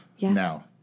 now